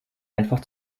einfach